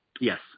Yes